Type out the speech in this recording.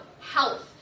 health